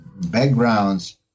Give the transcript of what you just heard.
backgrounds